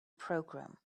program